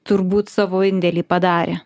turbūt savo indėlį padarė